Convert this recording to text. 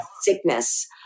sickness